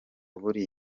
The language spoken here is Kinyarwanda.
buri